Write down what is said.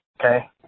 okay